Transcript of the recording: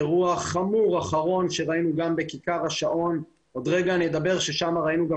אירוע חמור אחרון שראינו גם בכיכר השעון ושם ראינו גם